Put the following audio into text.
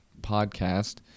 podcast